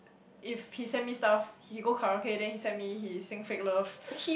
if he send me stuff he go karaoke then he send me he sing Fake Love